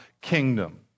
kingdom